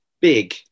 big